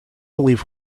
believe